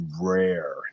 rare